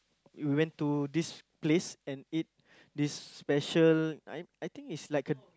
we went to this place and eat this special I think it's like a